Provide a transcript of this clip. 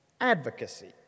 advocacy